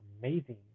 amazing